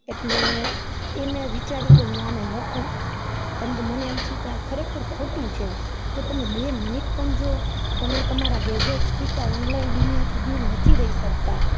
એટલે મેં વિચાર્યું કે હું આને લખું કેમકે મને એમ થયું કે ખરેખર આ ખોટું છે કે તમે બે મિનિટ પણ જો તમે તમારા ગેઝટ્સથી કાં ઓનલાઈન દુનિયાથી દૂર નથી રહી શકતા